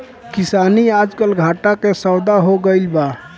किसानी आजकल घाटा के सौदा हो गइल बा